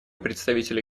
представителя